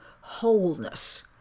wholeness